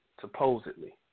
supposedly